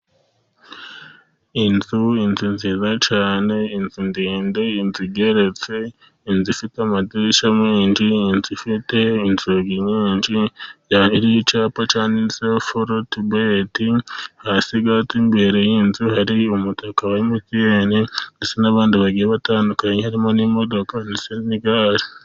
Inzu, inzu nziza cyane inzu ndende inzu igeretse, inzu ifite amadirishya menshi inzu ifite inzugi nyinshi ya etaje, iriho icyapa cyanditseho forotubete hasi gato imbere y'inzu, hari umutaka wa emutiyene ndetse n'abantu bagiye batandukanye harimo n'imodoka ndetse n'igare.